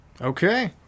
Okay